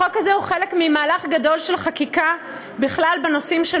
החוק הזה הוא חלק ממהלך גדול של חקיקה בכלל בנושאים של